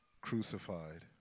crucified